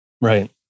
Right